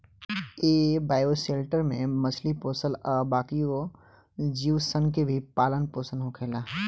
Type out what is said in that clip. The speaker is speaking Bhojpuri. ए बायोशेल्टर में मछली पोसल आ बाकिओ जीव सन के भी पालन पोसन होखेला